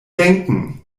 denken